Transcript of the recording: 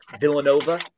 Villanova